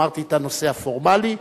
אמרתי את הנושא הפורמלי.